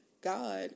God